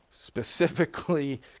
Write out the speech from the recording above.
specifically